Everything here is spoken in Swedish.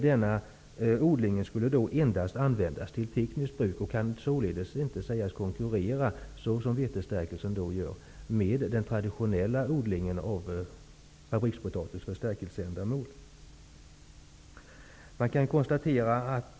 Det odlade skulle endast användas till tekniskt bruk, och kan således inte sägas konkurrera med den traditionella odlingen av fabrikspotatis för stärkelseändamål, vilket vetestärkelsen gör.